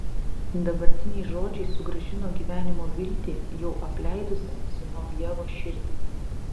dabartiniai žodžiai sugrąžino gyvenimo viltį jau apleidusią zinovjevo širdį